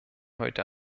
heute